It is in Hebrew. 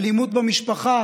אלימות במשפחה